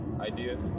idea